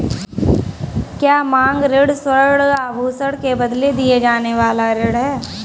क्या मांग ऋण स्वर्ण आभूषण के बदले दिया जाने वाला ऋण है?